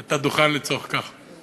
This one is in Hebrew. את הדוכן לצורך כך.